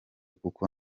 kuko